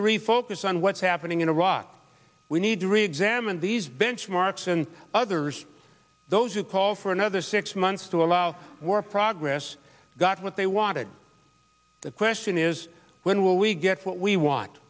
to refocus on what's happening in iraq we need to reexamine these benchmarks and others those who call for another six months to allow more progress got what they wanted the question is when will we get what we want